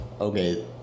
okay